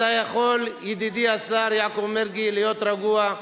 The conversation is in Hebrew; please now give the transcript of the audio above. אתה יכול, ידידי השר יעקב מרגי, להיות רגוע,